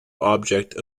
object